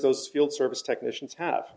those field service technicians ha